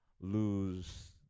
lose